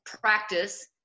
practice